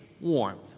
warmth